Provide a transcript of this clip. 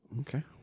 Okay